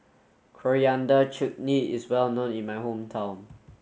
Coriander Chutney is well known in my hometown